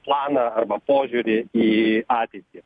planą arba požiūrį į ateitį